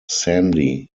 sandy